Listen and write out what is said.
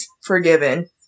Forgiven